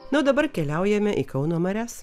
na dabar keliaujame į kauno marias